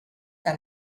que